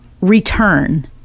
return